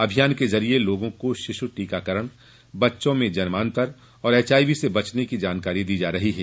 अभियान के जरिए लोगों को शिश टीकाकरण बच्चों में जन्मांतर और एचआईवी से बचने की जानकारी दी जा रही है